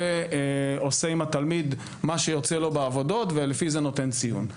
עושה עם התלמיד מה שיוצא לו בעבודות ולפי זה נותן ציון.